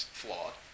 flawed